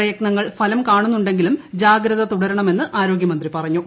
പ്രയത്നങ്ങൾ ഫലം കാണുന്നുണ്ടെങ്കിലും ജാഗ്രത തുടരണമെന്ന് ആരോഗ്യമന്ത്രി പറഞ്ഞു